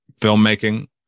filmmaking